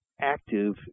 active